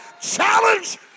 Challenge